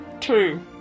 two